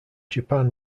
japan